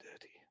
dirty